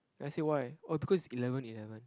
and then I say why oh because it's eleven eleven